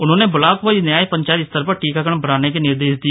उन्होंने ब्लाक स्तर व न्याय पंचायत स्तर पर टीकाकरण बढ़ाने के निर्देश दिए